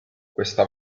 questa